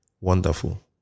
wonderful